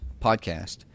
podcast